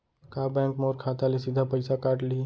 का बैंक मोर खाता ले सीधा पइसा काट लिही?